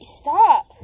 stop